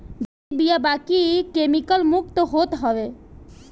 देशी बिया बाकी केमिकल मुक्त होत हवे